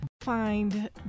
Find